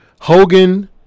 Hogan